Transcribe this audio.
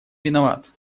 виноват